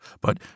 But